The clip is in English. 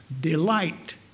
Delight